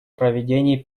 проведении